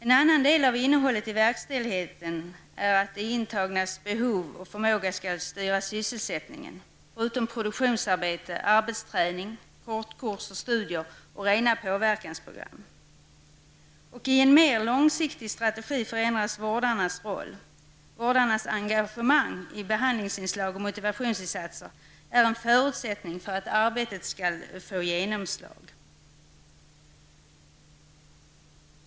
En annan del av innehållet i verkställigheten är att de intagnas behov och förmåga skall styra sysselsättningen, förutom produktionsarbete, arbetsträning, kortkurser, studier och rena påverkansprogram. I en mer långsiktig strategi förändras vårdarnas roll. Vårdarnas engagemang i behandlingsinslag och motivationsinsatser är en förutsättning för att arbetet skall få genomslag.